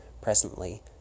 Presently